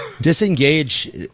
disengage